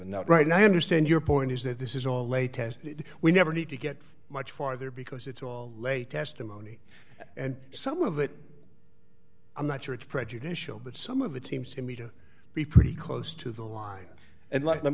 a note right now i understand your point is that this is all a test we never need to get much farther because it's all late testimony and some of it i'm not sure it's prejudicial but some of it seems to me to be pretty close to the line and let